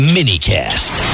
Minicast